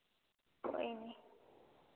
कोई निं